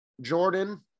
Jordan